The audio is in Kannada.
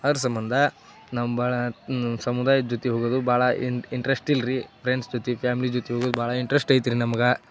ಅದ್ರ ಸಂಬಂಧ ನಮ್ಗೆ ಭಾಳ ಸಮುದಾಯದ ಜೊತೆ ಹೋಗುವುದು ಭಾಳ ಇಂಟ್ ಇಂಟ್ರೆಸ್ಟ್ ಇಲ್ಲ ರೀ ಫ್ರೆಂಡ್ಸ್ ಜೊತೆ ಫ್ಯಾಮ್ಲಿ ಜೊತೆ ಹೋಗುದು ಭಾಳ ಇಂಟ್ರೆಸ್ಟ್ ಐತೆ ರೀ ನಮ್ಗೆ